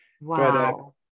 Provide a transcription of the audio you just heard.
Wow